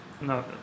No